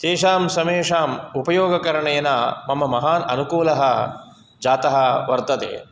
तेषां समेषाम् उपयोगकरणेन मम महान् अनुकूलः जातः वर्तते